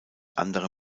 andere